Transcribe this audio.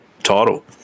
Title